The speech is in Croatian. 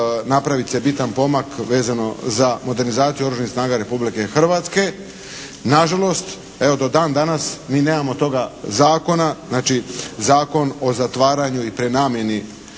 napraviti se bitan pomak vezano za modernizaciju Oružanih snaga Republike Hrvatske. Na žalost evo do dan danas mi nemamo toga zakona, znači Zakon o zatvaranju i prenamjeni